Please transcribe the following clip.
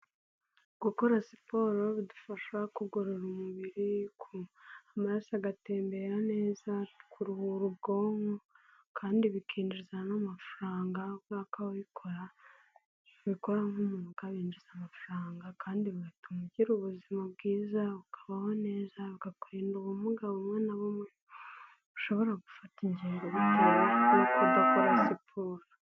Gukora siporo bidufasha kugorora umubiri, amaraso agatembera neza, kuruhura ubwonko kandi bikinjiza n'amafaranga kubera ko ababikora, babikora nk'umwuga binjiza amafaranga kandi bigatuma ugira ubuzima bwiza, ukabaho neza, bikakurinda ubumuga bumwe na bumwe ushobora gufata ingendo bushobora gutuma ufata ingendo bitewe no kuba udakora siporo.